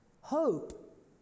hope